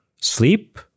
sleep